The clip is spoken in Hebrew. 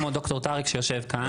כמו ד"ר טארק שיושב כאן.